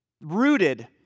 rooted